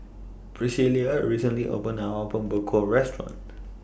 Priscilla recently opened A Apom Berkuah Restaurant